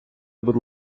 будь